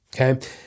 okay